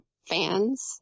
fans